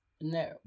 no